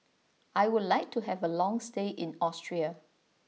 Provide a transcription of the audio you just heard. I would like to have a long stay in Austria